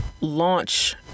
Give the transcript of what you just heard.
launch